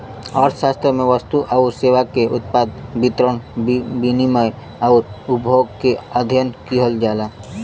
अर्थशास्त्र में वस्तु आउर सेवा के उत्पादन, वितरण, विनिमय आउर उपभोग क अध्ययन किहल जाला